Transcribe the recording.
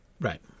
Right